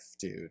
dude